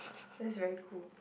that's very cool